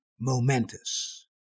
momentous